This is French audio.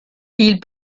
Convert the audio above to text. ils